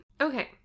okay